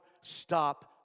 stop